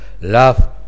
love